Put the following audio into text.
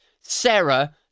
sarah